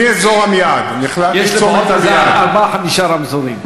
יש לפחות ארבעה-חמישה רמזורים.